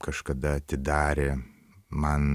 kažkada atidarė man